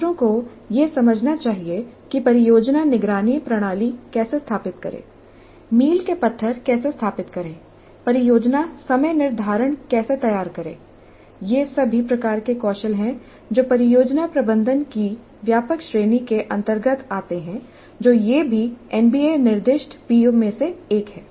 छात्रों को यह समझना चाहिए कि परियोजना निगरानी प्रणाली कैसे स्थापित करें मील के पत्थर कैसे स्थापित करें परियोजना समय निर्धारण कैसे तैयार करें ये सभी प्रकार के कौशल हैं जो परियोजना प्रबंधन की व्यापक श्रेणी के अंतर्गत आते हैं और यह भी एनबीए निर्दिष्ट पीओ में से एक है